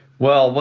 well,